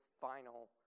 final